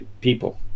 people